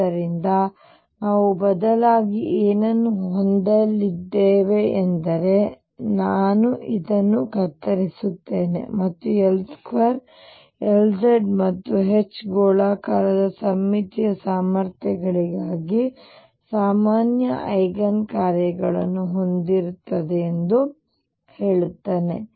ಆದ್ದರಿಂದ ನಾವು ಬದಲಾಗಿ ಏನನ್ನು ಹೊಂದಲಿದ್ದೇವೆ ಎಂದರೆ ನಾನು ಇದನ್ನು ಕತ್ತರಿಸುತ್ತೇನೆ ಮತ್ತು L2 Lz ಮತ್ತು H ಗೋಳಾಕಾರದ ಸಮ್ಮಿತೀಯ ಸಾಮರ್ಥ್ಯಗಳಿಗಾಗಿ ಸಾಮಾನ್ಯ ಐಗನ್ ಕಾರ್ಯಗಳನ್ನು ಹೊಂದಿರುತ್ತದೆ ಎಂದು ಹೇಳುತ್ತೇನೆ